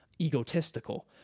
egotistical